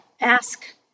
ask